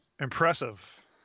impressive